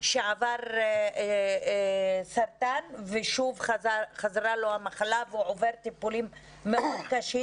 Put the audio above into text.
שעבר סרטן ושוב חזרה לו המחלה והוא עובר טיפולים מאוד קשים.